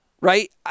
right